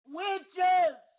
witches